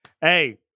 Hey